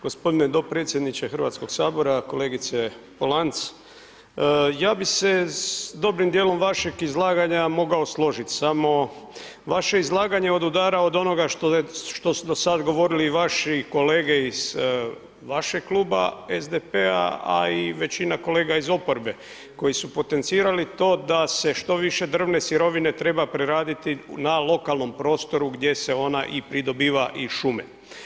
Gospodine dopredsjedniče Hrvatskog sabora, kolegice Polanc, ja bi se s dobrim dijelom vašeg izlaganja mogao složiti, samo vaše izlaganje odudara od onoga što su do sada govorili vaši kolegi iz vašeg Kluba SDP-a a i većina kolega iz oporbe, koji su potencirali to, da se što više drvne sirovine treba preraditi na lokalnom prostoru gdje se ona pridobiva iz šume.